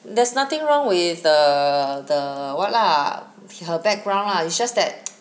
there's nothing wrong with the the what lah her background lah it's just that